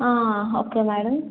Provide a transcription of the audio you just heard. okay madam